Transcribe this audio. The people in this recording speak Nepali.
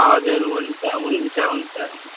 हजुर हुन्छ हुन्छ हुन्छ हुन्